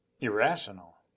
Irrational